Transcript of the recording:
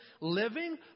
living